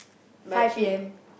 five p_m